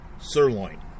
sirloin